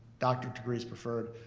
doctorate degrees preferred.